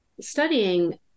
studying